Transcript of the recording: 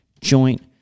joint